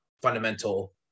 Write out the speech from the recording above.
fundamental